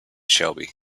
shelby